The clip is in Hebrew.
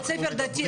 אם אדם יהודי,